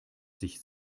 sich